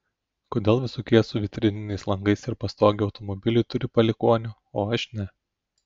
kodėl visokie su vitrininiais langais ir pastoge automobiliui turi palikuonių o aš ne